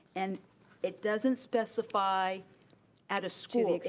and it doesn't specify at a school,